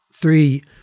Three